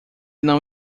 não